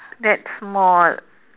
that's more